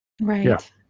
Right